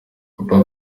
papa